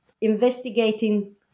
investigating